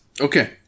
Okay